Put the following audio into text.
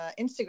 Instagram